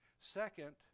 Second